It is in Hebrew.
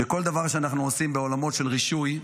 שכל דבר שאנחנו עושים בעולמות של רישוי,